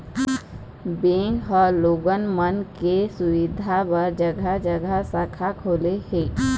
bank ह लोगन मन के सुबिधा बर जघा जघा शाखा खोले हे